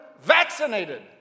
vaccinated